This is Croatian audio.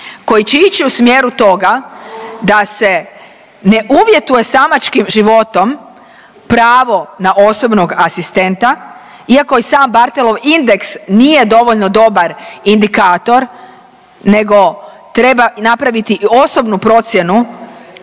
koji će ići u smjeru toga da se ne uvjetuje samačkim životom pravo na osobnog asistenta iako i sam Barthelov indeks nije dovoljno dobar indikator nego treba napraviti i osobnu procjenu